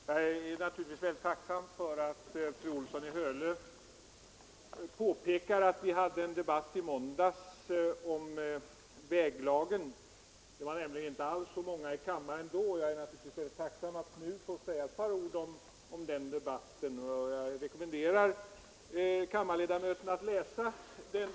Herr talman! Jag är naturligtvis väldigt tacksam för att fru Olsson i Hölö påpekar att vi hade en debatt i måndags om väglagen. Det var nämligen inte alls så många i kammaren då, och jag är glad för att jag nu får säga några ord om den debatten. Jag rekommenderar kammarledamöterna att läsa den.